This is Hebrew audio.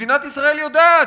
מדינת ישראל יודעת,